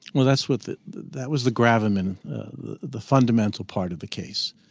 well, that's what the the that was the gravamen the the fundamental part of the case.